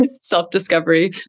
self-discovery